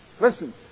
Listen